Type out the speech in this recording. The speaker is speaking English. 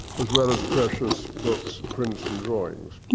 as well as precious books, prints, and drawings.